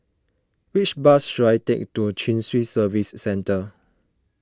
which bus should I take to Chin Swee Service Centre